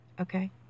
Okay